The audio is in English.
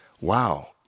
wow